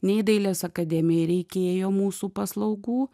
nei dailės akademijai reikėjo mūsų paslaugų